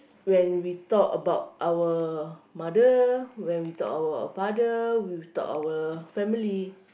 when we talk about our mother when we talk about our father we talk our family